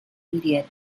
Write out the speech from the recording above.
comedian